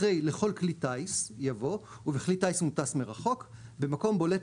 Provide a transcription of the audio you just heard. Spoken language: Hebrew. אחרי "לכלי הטיס" יבוא "ובכלי טיס מוטס מרחוק - במקום בולט